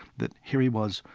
that here he was,